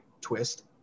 twist